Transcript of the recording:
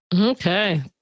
Okay